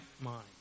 mind